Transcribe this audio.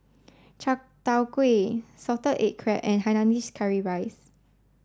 Chai Tow Kuay salted egg crab and Hainanese Curry Rice